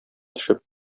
төшеп